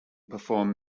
perform